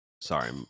Sorry